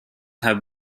have